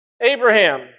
Abraham